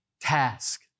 task